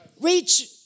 reach